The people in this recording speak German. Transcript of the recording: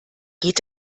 geht